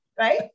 right